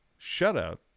shutout